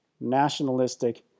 nationalistic